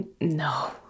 No